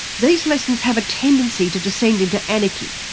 these lessons have a tendency to descend into anarchy.